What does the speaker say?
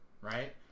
right